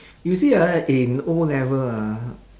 you see ah in O-level ah